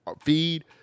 Feed